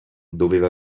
doveva